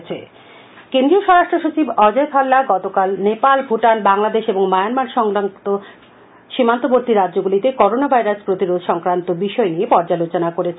স্বরাষ্ট্র সচিব করোনা কেন্দ্রীয় স্বরাষ্ট্র সচিব অজয় ভাল্লা গতকাল নেপাল ভূটান বাংলাদেশ এবং মায়ানমার সংলগ্ন সীমান্তবর্তী রাজ্যগুলিতে করোনা ভাইরাস প্রতিরোধ সংক্রান্ত বিষয় নিয়ে পর্যালোচনা করেছেন